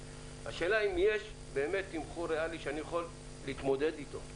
השאלה אם יש תמחור ריאלי שאני יכול להתמודד איתו.